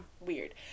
weird